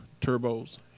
turbos